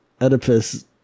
Oedipus